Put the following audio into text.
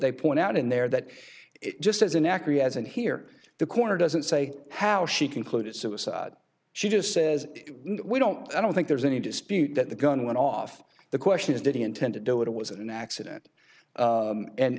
they point out in there that just as an actor he has and here the corner doesn't say how she concluded suicide she just says we don't i don't think there's any dispute that the gun went off the question is did he intend to do it it was an accident